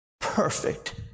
perfect